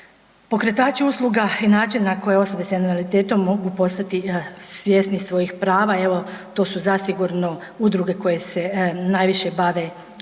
Pokretači usluga i način na koje osobe sa invaliditetom mogu postati svjesni svojih prava, evo to su zasigurno udruge koje se najviše bave tim